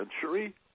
century